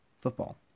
football